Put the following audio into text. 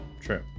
True